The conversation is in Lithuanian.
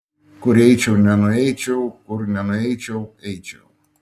kur eičiau nenueičiau kur nenueičiau eičiau